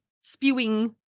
spewing